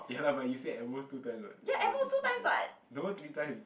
ya lah but you said at most two times what at most is three times no three times